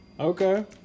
Okay